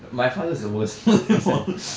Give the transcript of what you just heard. my father is the worst of all